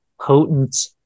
potent